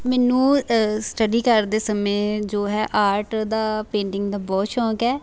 ਮੈਨੂੰ ਸਟੱਡੀ ਕਰਦੇ ਸਮੇਂ ਜੋ ਹੈ ਆਰਟ ਦਾ ਪੇਂਟਿੰਗ ਦਾ ਬਹੁਤ ਸ਼ੌਂਕ ਹੈ